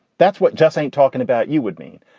that's what just ain't talking about you would mean.